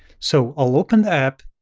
so i'll open the app,